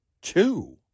two